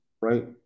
right